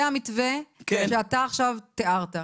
זה המתווה שאתה עכשיו תיארת.